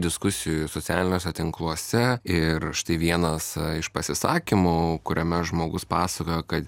diskusijų socialiniuose tinkluose ir štai vienas iš pasisakymų kuriame žmogus pasakojo kad